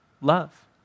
love